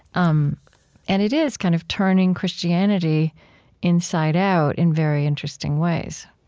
um and it is kind of turning christianity inside out in very interesting ways